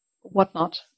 whatnot